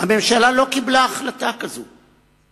הממשלה לא קיבלה החלטה כזאת,